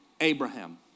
Abraham